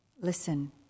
Listen